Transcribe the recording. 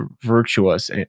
virtuous